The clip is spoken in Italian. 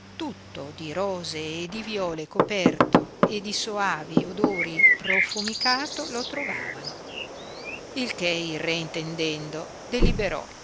tutto di rose e di viole coperto e di soavi odori profomicato lo trovavano il che il re intendendo deliberò